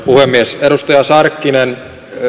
puhemies edustaja sarkkinen